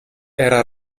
era